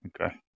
Okay